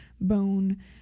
bone